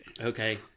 Okay